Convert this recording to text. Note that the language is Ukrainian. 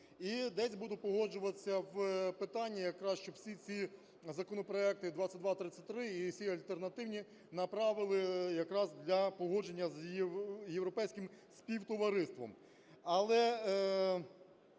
і десь буду погоджуватися в питанні якраз, щоб всі ці законопроекти, 2233 і всі альтернативні, направили якраз для погодження з європейським співтовариством.